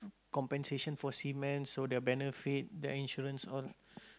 compensation for cement so their benefit their insurance all